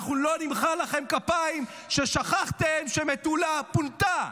אנחנו לא נמחא לכם כפיים על ששכחתם שמטולה פונתה,